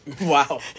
Wow